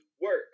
work